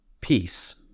peace